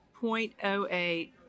0.08